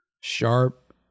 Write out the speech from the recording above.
Sharp